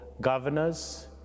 governors